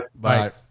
Bye